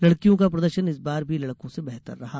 लड़कियों का प्रदर्शन इस बार भी लड़को से बेहतर रहा